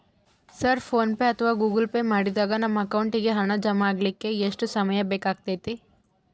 Sir PhonePe ಅಥವಾ Google Pay ಮಾಡಿದಾಗ ನಮ್ಮ ಅಕೌಂಟಿಗೆ ಹಣ ಜಮಾ ಆಗಲಿಕ್ಕೆ ಎಷ್ಟು ಸಮಯ ಬೇಕಾಗತೈತಿ?